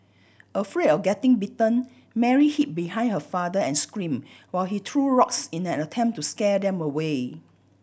afraid of getting bitten Mary hid behind her father and screamed while he threw rocks in an attempt to scare them away